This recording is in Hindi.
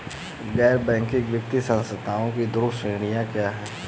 गैर बैंकिंग वित्तीय संस्थानों की दो श्रेणियाँ क्या हैं?